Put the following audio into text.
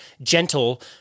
gentle